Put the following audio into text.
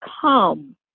come